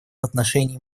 отношении